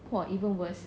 !wah! even worse